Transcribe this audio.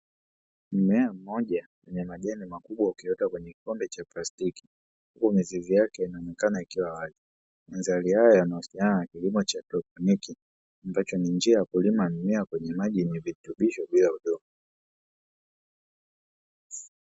Mmea mmoja wenye majani makubwa ukiota kwenye kikombe cha plastiki, huku mizizi yake ikionekana ikiwa wazi, mandhari haya yanahusiana na kilimo cha haidroponi, ambacho ni njia ya kulima mimea kwenye maji yenye virutubisho bila udongo.